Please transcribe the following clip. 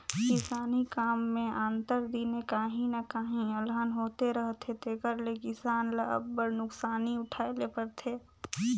किसानी काम में आंतर दिने काहीं न काहीं अलहन होते रहथे तेकर ले किसान ल अब्बड़ नोसकानी उठाए ले परथे